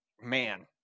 man